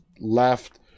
left